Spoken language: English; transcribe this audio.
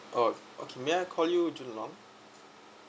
oh okay may I call you jun long